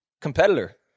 competitor